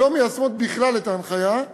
לא מיישמות בכלל את ההנחיה,